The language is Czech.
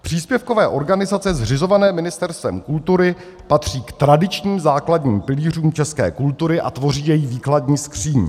Příspěvkové organizace zřizované Ministerstvem kultury patří k tradičním základním pilířům české kultury a tvoří její výkladní skříň.